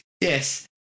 Yes